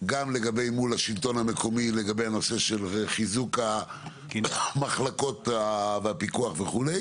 מול השלטון המקומי לגבי נושא חיזוק המחלקות והפיקוח וכו'